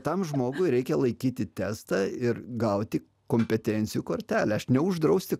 tam žmogui reikia laikyti testą ir gauti kompetencijų kortelę aš ne uždrausti